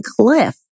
cliff